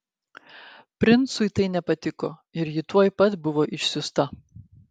princui tai nepatiko ir ji tuoj pat buvo išsiųsta